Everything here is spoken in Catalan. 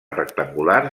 rectangular